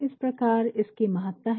इस प्रकार इसकी महत्ता है